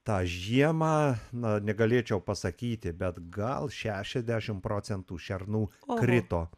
tą žiemą na negalėčiau pasakyti bet gal šešiasdešimt procentų šernų krito